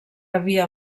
havia